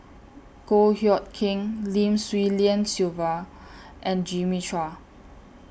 Goh Hood Keng Lim Swee Lian Sylvia and Jimmy Chua